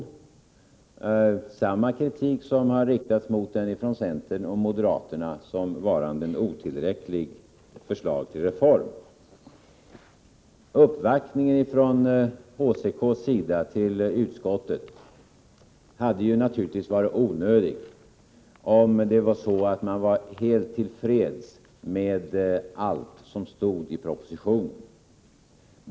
Det är samma kritik som har riktats mot propositionen från centern och moderaterna såsom varande ett otillräckligt förslag till reform. HCK:s uppvaktning hos utskottet hade naturligtvis varit onödig om man var helt till freds med allt som stod i propositionen.